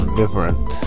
different